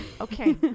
okay